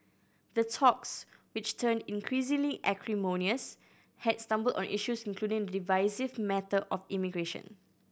the talks which turned increasingly acrimonious had stumbled on issues including the divisive matter of immigration